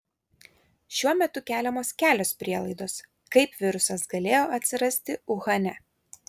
šiuo metu keliamos kelios prielaidos kaip virusas galėjo atsirasti uhane